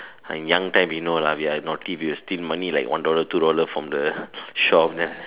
I'm young time we know lah we are naughty we will steal money like one dollar two dollar from the shop then